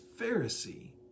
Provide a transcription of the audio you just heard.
Pharisee